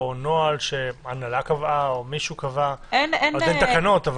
או נוהל שההנהלה קבעה או מישהו קבע עוד אין תקנות.